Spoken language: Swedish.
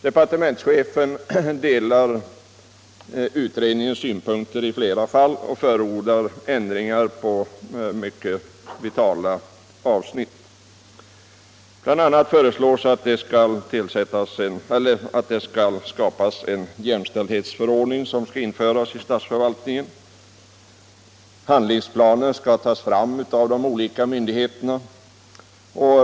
Departementschefen delar utredningens synpunkter i flera fall och förordar ändringar på mycket vitala avsnitt. Bl. a. föreslås att en jämställdhetsförordning skall utfärdas för statsförvaltningen. Handlingsplaner skall tas fram av de olika myndigheterna.